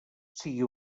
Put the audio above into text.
sigui